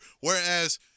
whereas